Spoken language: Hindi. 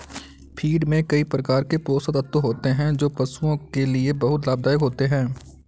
फ़ीड में कई प्रकार के पोषक तत्व होते हैं जो पशुओं के लिए बहुत लाभदायक होते हैं